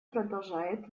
продолжает